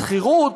שכירות,